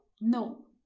no